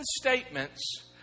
statements